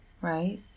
right